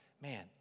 man